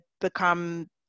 become